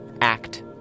act